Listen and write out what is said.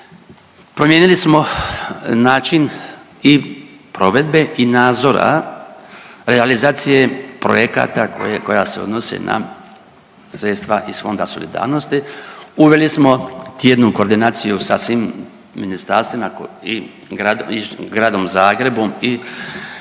promijenili smo način i provedbe i nadzora, realizacije projekata koje, koja se odnosi na sredstva iz Fonda solidarnosti, uveli smo tjednu koordinaciju sa svim ministarstvima i gradom Zagrebom i